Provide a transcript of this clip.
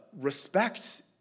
respect